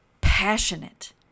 passionate